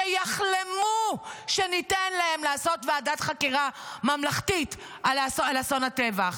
שיחלמו שניתן להם לעשות ועדת חקירה ממלכתית על אסון הטבח.